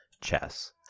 chess